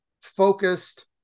focused